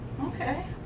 Okay